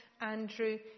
Andrew